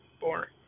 boring